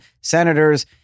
senators